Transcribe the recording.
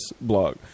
blog